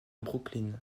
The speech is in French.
brooklyn